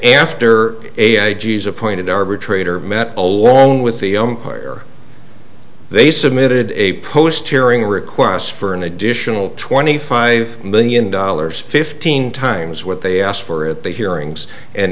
after a i g s appointed arbitrator met along with the where they submitted a post hearing requests for an additional twenty five million dollars fifteen times what they asked for at the hearings and